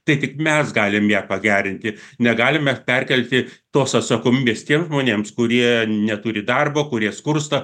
i tik mes galim ją pagerinti negalime perkelti tos atsakomybės tiem žmonėms kurie neturi darbo kurie skursta